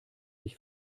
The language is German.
dich